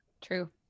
True